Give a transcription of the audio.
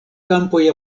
kampoj